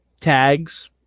Tags